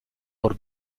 por